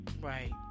right